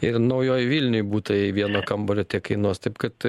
ir naujojoj vilnioj butai vieno kambario tiek kainuos taip kad